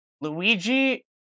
Luigi